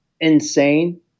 insane